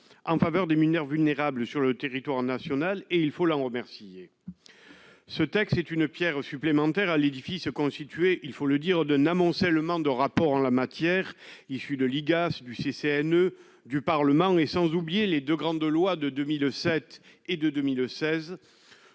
en faveur des mineurs vulnérables sur le territoire national et il faut l'en remercier, ce texte est une Pierre supplémentaire à l'édifice constitué, il faut le dire, d'un amoncellement de rapport en la matière, issu de l'IGAS du CCNE du Parlement, et sans oublier les 2 grandes lois de 2007 et de 2016,